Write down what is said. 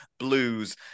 Blues